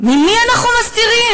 ממי אנחנו מסתירים?